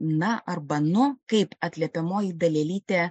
na arba nu kaip atliepiamoji dalelytė